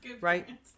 right